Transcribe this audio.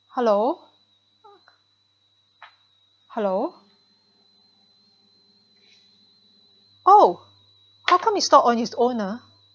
hello hello oh how come he stopped on his own ah